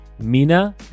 Mina